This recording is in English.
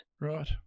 Right